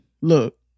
look